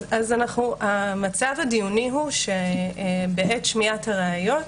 אז המצב הדיוני הוא שבעת שמיעת הראיות